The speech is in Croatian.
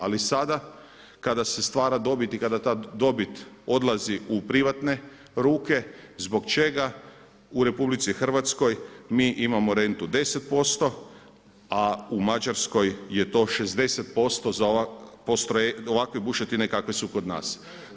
Ali sada kad se stvara dobit i kada ta dobit odlazi u privatne ruke zbog čega u RH mi imamo rentu 10% a u Mađarskoj je to 60% za ovakve bušotine kakve su kod nas?